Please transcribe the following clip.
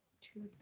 two